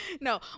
No